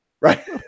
Right